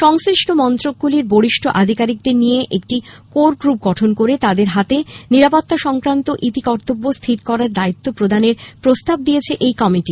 সংশ্লিষ্ট মন্ত্রকগুলির বরিষ্ঠ্য আধিকারিকদের নিয়ে একটি কোর গ্রুপ গঠন করে তাদের হাতে নিরাপত্তা সংক্রান্ত ইতিকর্তব্য স্থির করার দায়িত্ব প্রদানের প্রস্তাব দিয়েছে এই কমিটি